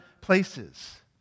places